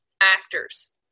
actors